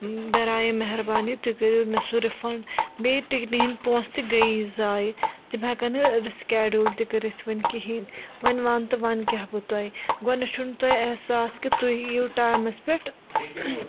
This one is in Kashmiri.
برایے مہربانی تُہۍ کٔرِو مےٚ سُہ رِفنٛڈ بیٚیہِ ٹِکٹہِ ہِنٛدۍ پونٛسہٕ تہِ گٔیی زایہِ تِم ہٮ۪کَن نہٕ رِسٕکیڈیوٗل تہِ کٔرِتھ وَنہِ کِہیٖنۍ وَنہِ وَن تہٕ وَنہٕ کیٛاہ بہٕ تۄہہِ گۄڈنٮ۪تھ چھُو نہٕ تۄہہِ احساس کہِ تُہۍ یِیِو ٹایمَس پٮ۪ٹھ